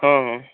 ହଉ ହଉ